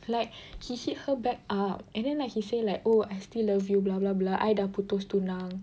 like he hit her back up and then like he say like oh I still love you blah blah blah I dah putus tunang